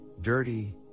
dirty